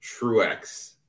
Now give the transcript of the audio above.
Truex